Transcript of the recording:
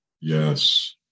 Yes